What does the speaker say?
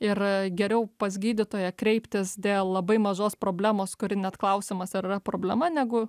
ir geriau pas gydytoją kreiptis dėl labai mažos problemos kuri net klausimas ar yra problema negu